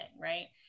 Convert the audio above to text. right